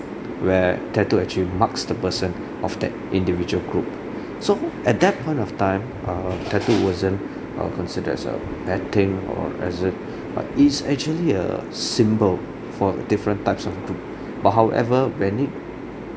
where tattoo actually marks the person of that individual group so at that point of time err tattoo wasn't uh considered as a bad thing or as a but it's actually a symbol for different types of group but however when it